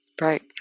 Right